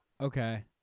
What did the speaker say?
Okay